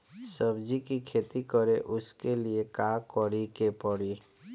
सब्जी की खेती करें उसके लिए का करिके पड़ी?